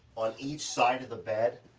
on each side of the bed,